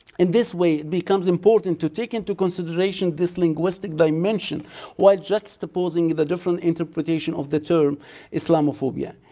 in this way becomes important to take into consideration this linguistic dimension while juxtaposing the the different interpretation of the term islamophiba.